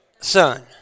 son